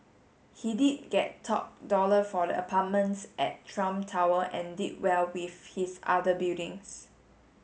he did get top dollar for the apartments at Trump Tower and did well with his other buildings